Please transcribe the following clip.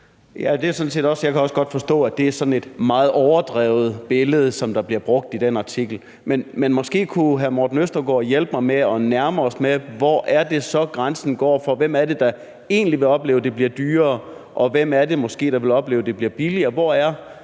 Jeg kan også godt forstå, at det er sådan et meget overdrevet billede, der bliver brugt i den artikel. Men måske kunne hr. Morten Østergaard hjælpe mig med at komme nærme, hvor det så er, grænsen går. Hvem er det, der egentlig vil opleve, at det bliver dyrere, og hvem er det, der måske vil opleve, at det bliver billigere? Hvor er